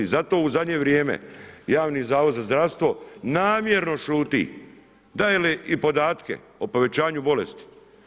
Zato u zadnje vrijeme, javni zavod za zdravstvo, namjerno šuti, daje li i podatke o povećanju bolesti?